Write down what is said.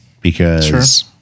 because-